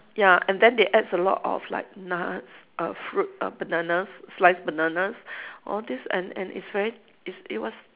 ya and then they adds a lot of like nuts uh fruit uh bananas sliced bananas all this and and it's very it's it was